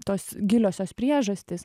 tos giliosios priežastys